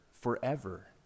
forever